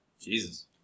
Jesus